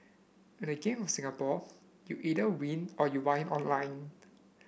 in the Game of Singapore you either win or you whine online